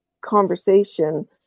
conversation